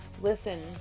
Listen